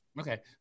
okay